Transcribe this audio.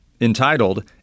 entitled